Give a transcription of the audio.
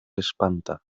espanta